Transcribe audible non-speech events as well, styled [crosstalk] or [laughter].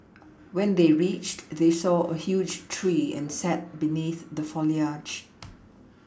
when they reached they saw a huge tree and sat beneath the foliage [noise]